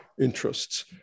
interests